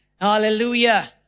Hallelujah